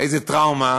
איזו טראומה